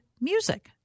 music